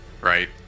Right